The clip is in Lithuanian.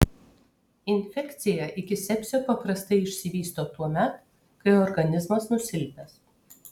infekcija iki sepsio paprastai išsivysto tuomet kai organizmas nusilpęs